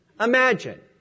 Imagine